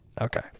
Okay